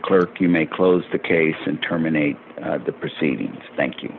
clerk you may close the case and terminate the proceedings thank you